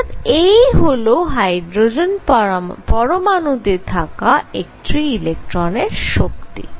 অর্থাৎ এই হল হাইড্রোজেন পরমাণুতে থাকা একটি ইলেকট্রনের শক্তি